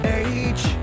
age